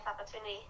opportunity